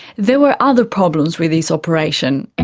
there were other problems with this operation. and